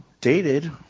dated